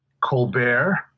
Colbert